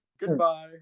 goodbye